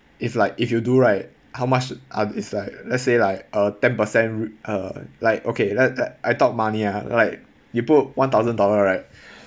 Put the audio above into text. if like if you do right how much uh is like let's say like a ten percent uh like okay let let I talk money ah like you put one thousand dollar right